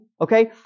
Okay